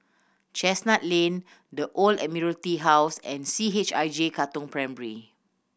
Chestnut Lane The Old Admiralty House and C H I J Katong Primary